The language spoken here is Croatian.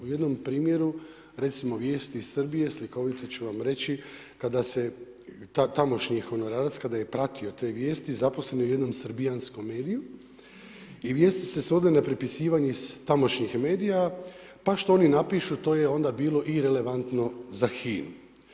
U jednom primjeru, recimo vijesti iz Srbije, slikovito ću vam reći, kada se tamošnji honorarac kada je pratio te vijesti, zaposlen je u jednom srbijanskom mediju i vijesti se svode na prepisivanje iz tamošnjih medija, pa što oni napišu, to je onda bilo i relevantno za HINA-u.